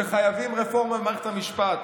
שחייבים רפורמה במערכת המשפט.